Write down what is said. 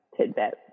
tidbit